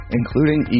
including